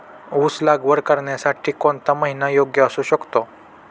ऊस लागवड करण्यासाठी कोणता महिना योग्य असू शकतो?